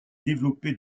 développée